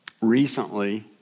recently